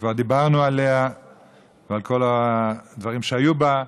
וכבר דיברנו עליה ועל כל הדברים שהיו בה.